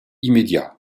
immédiat